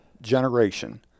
generation